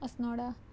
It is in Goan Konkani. अस्नोडा